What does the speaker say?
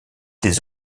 des